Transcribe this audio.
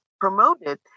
promoted